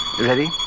Ready